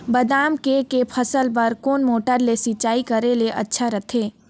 बादाम के के फसल बार कोन मोटर ले सिंचाई करे ले अच्छा रथे?